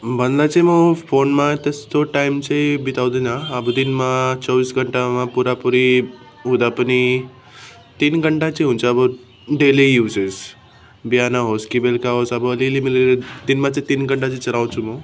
भन्दा चाहिँ म फोनमा त्यस्तो टाइम चाहिँ बिताउँदिनँ अब दिनमा चौबिस घन्टामा पूरापुरी हुँदा पनि तिन घन्टा चाहिँ हुन्छ अब डेली युजेस बिहान होस् कि बेलका होस् अब अलिअलि मिलेर दिनमा चाहिँ तिन घन्टा चाहिँ चलाउँछु म